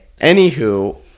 Anywho